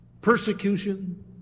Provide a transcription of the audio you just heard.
persecution